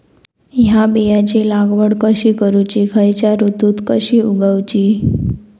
हया बियाची लागवड कशी करूची खैयच्य ऋतुत कशी उगउची?